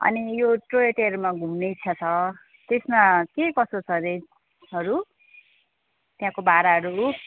अनि यो ट्रोय ट्रेनमा घुम्ने इच्छा छ त्यसमा के कसो छ रेन्जहरू त्यहाँको भाडाहरू